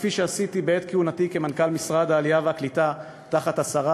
כפי שעשיתי בעת כהונתי כמנכ"ל משרד העלייה והקליטה תחת השרה,